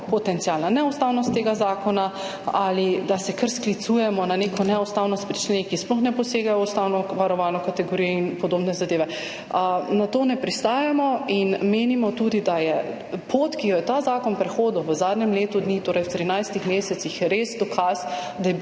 potencialno neustaven ali da se kar sklicujemo na neko neustavnost pri členih, ki sploh ne posegajo v ustavno varovano kategorijo in podobne zadeve, na to ne pristajamo. Menimo tudi, da je pot, ki jo je ta zakon prehodil v zadnjem letu dni, torej v 13 mesecih, res dokaz, da je bil pripravljen